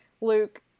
Luke